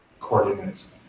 coordinates